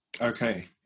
Okay